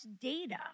data